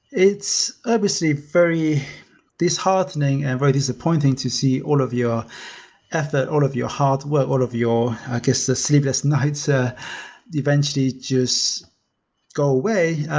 it's obviously very disheartening and very disappointing to see all of your effort, all of your hard work, all of your i guess, the sleepless nights ah eventually just go away.